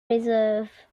reserve